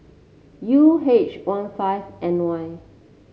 U H one five N Y